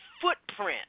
footprint